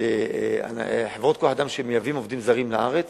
של חברות כוח-אדם שמייבאות עובדים זרים לארץ,